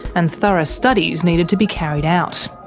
and thorough studies needed to be carried out.